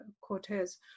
Cortez